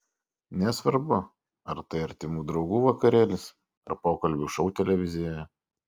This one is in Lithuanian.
nesvarbu ar tai artimų draugų vakarėlis ar pokalbių šou televizijoje